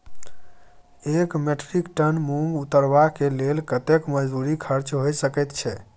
एक metric tonne मूंग उतरबा के लेल कतेक मजदूरी खर्च होय सकेत छै?